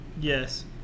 Yes